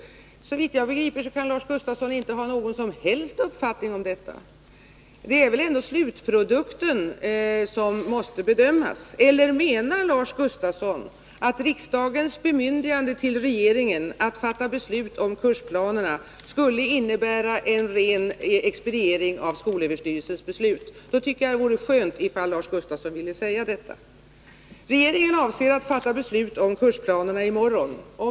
Såvitt jag begriper kan Lars Gustafsson inte ha någon som helst uppfattning om detta. Det är väl ändå slutprodukten som måste bedömas. Eller menar Lars Gustafsson att riksdagens bemyndigande till regeringen att fatta beslut om kursplanerna skulle innebära en ren expediering av skolöverstyrelsens beslut? Då tycker jag det vore skönt ifall Lars Gustafsson ville säga detta. Regeringen avser att fatta beslut om kursplanerna i morgon.